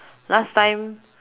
last time